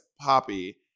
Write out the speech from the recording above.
Poppy